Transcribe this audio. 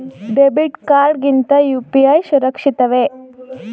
Debit card ಗಿಂತ UPI ಸುರಕ್ಷಿತವೇ?